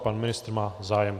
Pan ministr má zájem.